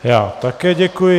Já také děkuji.